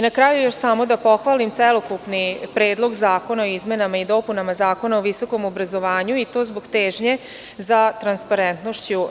Na kraju još samo da pohvalim celokupni Predlog zakona o izmenama i dopunama Zakona o visokom obrazovanju i to zbog težnje za transparentnošću.